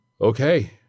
Okay